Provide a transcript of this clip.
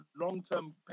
long-term